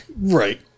Right